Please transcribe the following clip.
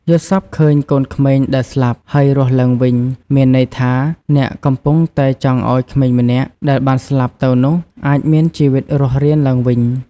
យល់សប្តិឃើញកូនក្មេងដែលស្លាប់ ហើយរស់ឡើងវិញ មានន័យថា អ្នកកំពុងតែចង់ឲ្យក្មេងម្នាក់ ដែលបានស្លាប់ទៅនោះ អាចមានជីវិតរស់រានឡើងវិញ។